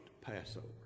Passover